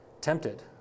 tempted